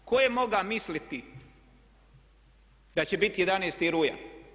Tko je mogao misliti da će biti 11. rujan?